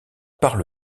parle